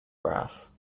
grass